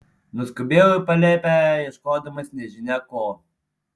nuskubėjau į palėpę ieškodamas nežinia ko